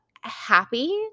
happy